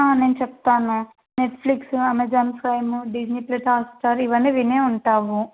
నేను చెప్తాను Netflix Amazon Prime Disney Plus Hotstar ఇవన్నీ వినే ఉంటాము